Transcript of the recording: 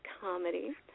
Comedy